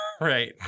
right